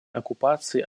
оккупации